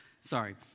Sorry